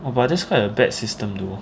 oh but this quite a bad system though